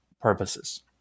purposes